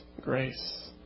grace